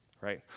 right